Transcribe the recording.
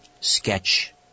sketch